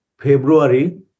February